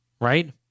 Right